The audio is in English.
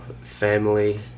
family